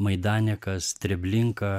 maidanekas treblinka